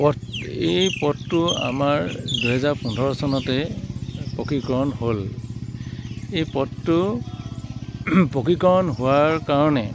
পথ এই পথটো আমাৰ দুহেজাৰ পোন্ধৰ চনতেই পকীকৰণ হ'ল এই পথটো পকীকৰণ হোৱাৰ কাৰণে